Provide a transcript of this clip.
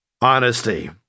honesty